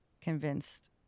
convinced